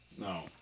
no